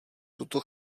tuto